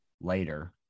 later